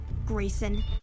Grayson